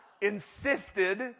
insisted